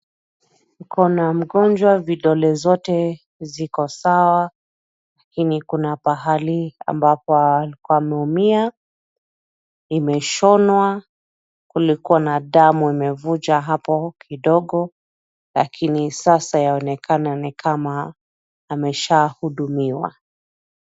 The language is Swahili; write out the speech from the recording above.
Tuko na mgonjwa vidole zote ziko sawa, lakini kuna pahali ambapo alikuwa ameumia, imeshonwa, kulikuwa na damu imevunja hapo kidogo lakini sasa yaonekana ni kama ameshahudumiwa.